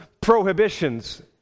prohibitions